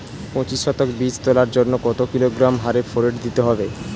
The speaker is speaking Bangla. পঁচিশ শতক বীজ তলার জন্য কত কিলোগ্রাম হারে ফোরেট দিতে হবে?